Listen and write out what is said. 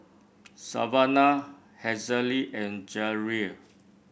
Savanna Hazelle and Jerrell